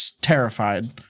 terrified